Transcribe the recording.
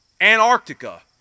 Antarctica